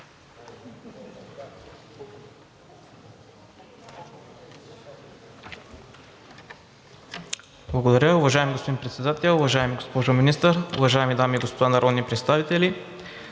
Благодаря. Уважаеми господин Председател, уважаема госпожо Министър, уважаеми дами и господа народни представители!